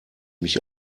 mich